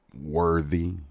worthy